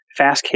FastCase